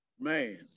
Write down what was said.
man